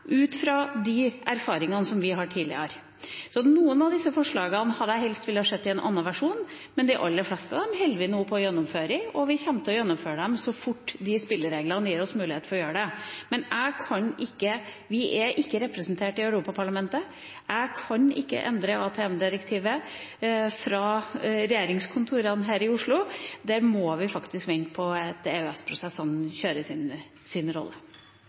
ut fra de erfaringene vi har gjort tidligere. Noen av disse forslagene hadde jeg helst sett i en annen versjon, men de aller fleste av dem holder vi nå på med å gjennomføre, og vi kommer til å gjennomføre dem så fort spillereglene gir oss mulighet for å gjøre det. Men vi er ikke representert i Europaparlamentet. Jeg kan ikke endre AMT-direktivet fra regjeringskontorene her i Oslo. Vi må faktisk vente på